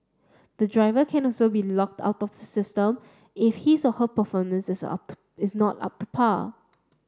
the driver can also be locked out of the system if his or her performance out is not up to par